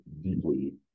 deeply